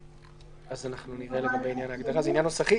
אנחנו נראה לגבי עניין ההגדרה, זה עניין נוסחי.